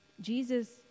Jesus